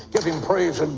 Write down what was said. give him praise and